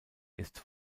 ist